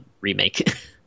remake